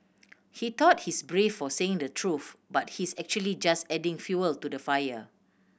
he thought he's brave for saying the truth but he's actually just adding fuel to the fire